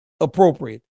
Appropriate